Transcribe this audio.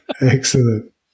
Excellent